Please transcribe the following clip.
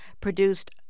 produced